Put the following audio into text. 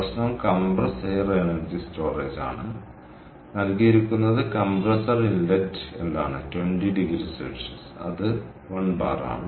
പ്രശ്നം compressed air energy storage ആണ് നൽകിയിരിക്കുന്നത് കംപ്രസർ ഇൻലെറ്റ് എന്താണ് 20oC അത് 1 ബാർ ആണ്